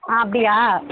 ஆ அப்படியா